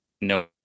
No